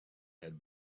had